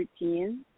routine